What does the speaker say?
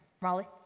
Raleigh